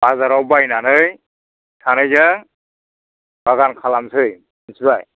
बाजाराव बायनानै सानैजों बागान खालामसै मिथिबाय